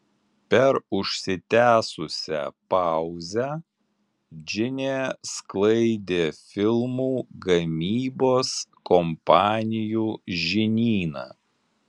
per užsitęsusią pauzę džinė sklaidė filmų gamybos kompanijų žinyną